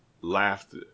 laughed